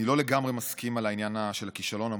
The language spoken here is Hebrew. אני לא לגמרי מסכים בעניין של הכישלון המוחלט.